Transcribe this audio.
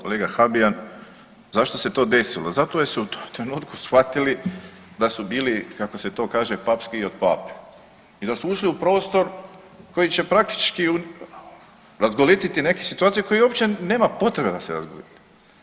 Kolega Habijan, zašto se to desilo, zato jer su u tom trenutku shvatili da su bili kako se to kaže papskiji od Pape i da su ušli u prostor koji će praktički razgolititi neke situacije kojih uopće nema potrebe da se razgolite.